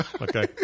okay